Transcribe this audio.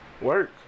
work